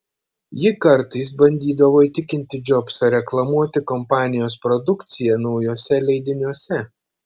ji kartais bandydavo įtikinti džobsą reklamuoti kompanijos produkciją naujuose leidiniuose